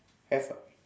have ah